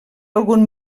algun